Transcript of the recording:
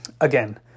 Again